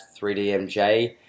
3DMJ